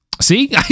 See